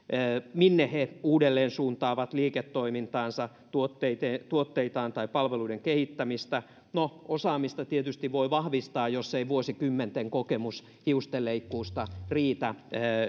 minne he uudelleensuuntaavat liiketoimintaansa tuotteitaan tai palveluiden kehittämistä no osaamista tietysti voi vahvistaa jos ei vuosikymmenten kokemus hiustenleikkuusta riitä